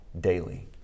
daily